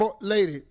lady